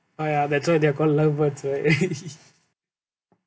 ah ya that's why they're called lovebirds right